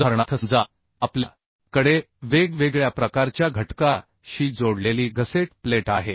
उदाहरणार्थ समजा आपल्या कडे वेगवेगळ्या प्रकारच्या घटका शी जोडलेली गसेट प्लेट आहे